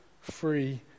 free